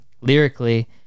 lyrically